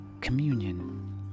communion